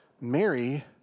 Mary